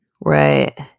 Right